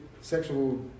sexual